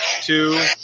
Two